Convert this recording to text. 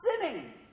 sinning